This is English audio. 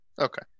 Okay